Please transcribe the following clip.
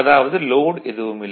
அதாவது லோட் எதுவுமில்லை